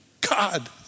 God